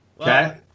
Okay